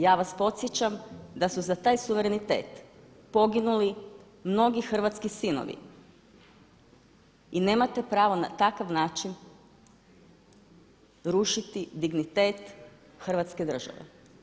Ja vas podsjećam da su za taj suverenitet poginuli mnogi hrvatski sinovi i nemate pravo na takav način rušiti dignitet Hrvatske države.